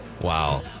Wow